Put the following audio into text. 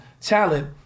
talent